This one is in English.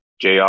JR